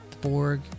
Borg